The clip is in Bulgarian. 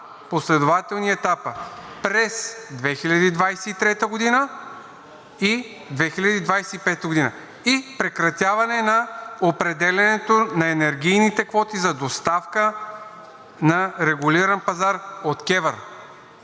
последователни етапа – през 2023 г. и 2025 г., и прекратяване на определянето на енергийните квоти за доставка на регулиран пазар от КЕВР.“